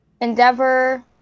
Endeavor